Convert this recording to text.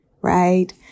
right